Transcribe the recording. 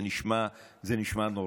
זה נשמע נורא.